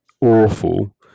awful